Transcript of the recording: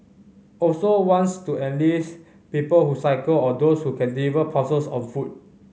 also wants to enlist people who cycle or those who can deliver parcels on foot